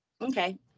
okay